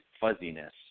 fuzziness